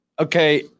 Okay